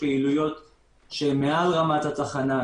מעל רמת התחנה,